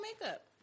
makeup